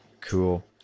Cool